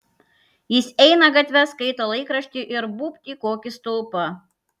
jis eina gatve skaito laikraštį ir būbt į kokį stulpą